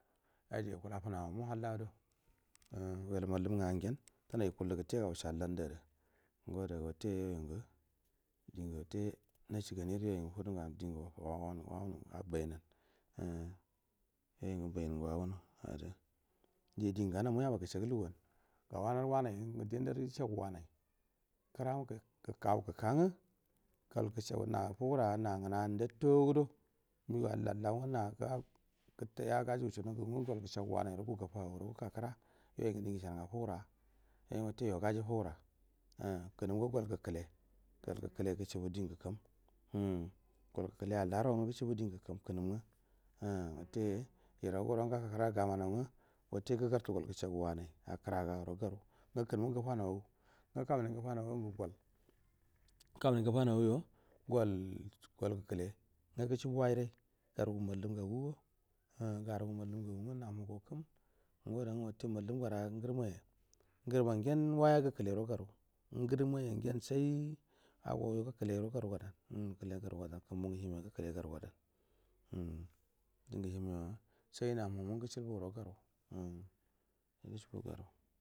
Ya jai yukula funau wamu halla do umm wulu mallum nga ngen du nai ikullu gutte ga wushai dan du ada ngoda ga watte yoi ngu dingu watte nashi gani ago yoi ngu fi du ngel clingu wa wunu bainan umm yoi ngu ba yin ngu wawunu ada dia din ga ga na mu y aba gashaga lugu an ga wamu aru wanai ngu din du atu yisha gu wanai kra ngu gu gukk gukkan gu goi ga sagu na fugura nan gun a ndat teg udo migau an lai lau ga jju gu sunon nga gungu goi gu sagu wan ai rog u gu fa auro ngu guka kra yoi ngu din guy isa hanu ga fugu ray oi ngu watte yo gaju fugura umm kunum go goi gukule goi guk ule din guk um umm goi gukule allaro ngu gushi bu din ga kum kunum nga umm watte yirau gora gakka kra du gama nau nga watte gu gar tu goi gu ro garu ngu kunum ngu gu fanau au ngu ka mu nin ngu gu fo nau au wa mungu ga kamu ningu gufa nau au yo gol go- gu mallum nga gu go umm garu gu mallam nnga nga namu go kum nguwa da nga watte mallum ngora ngurum maya ngoi man ngen wai a gu kile ro garu ngu rum ma ya ngen sai ago yo gukilero garu gadan umma gukile garu gadan kumba ngu yihim jo gukile garu gadan umm din gel yishim jo sai na muhu wamu gushi bura garu umm gusu bur o garu.